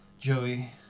Joey